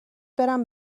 برم